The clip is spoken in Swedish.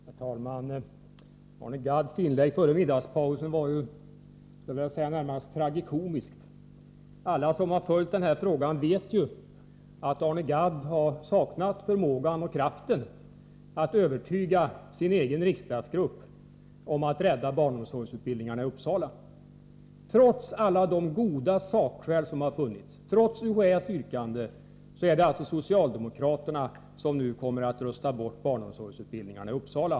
Herr talman! Arne Gadds inlägg före middagspausen var närmast tragikomiskt. Alla som har följt den här frågan vet ju att Arne Gadd har saknat förmågan och kraften att övertyga sin egen riksdagsgrupp om angelägenheten av att rädda barnomsorgsutbildningarna i Uppsala. Trots alla de goda sakskälen, trots UHÄ:s yrkande, är det alltså socialdemokraterna som nu kommer att rösta bort barnomsorgsutbildningarna i Uppsala.